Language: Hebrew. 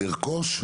לרכוש?